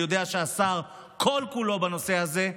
אני יודע שהשר כל-כולו בנושא הזה,